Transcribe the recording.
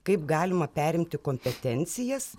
kaip galima perimti kompetencijas